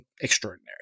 extraordinary